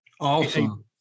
Awesome